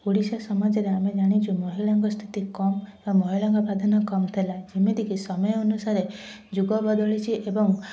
ଓଡ଼ିଶା ସମାଜରେ ଆମେ ଜାଣିଛୁ ମହିଳାଙ୍କ ସ୍ଥିତି କମ୍ ବା ମହିଳାଙ୍କ ପ୍ରାଧାନ୍ୟ କମ୍ ଥିଲା ଯେମିତିକି ସମୟ ଅନୁସାରେ ଯୁଗ ବଦଳିଛି ଏବଂ